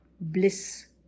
bliss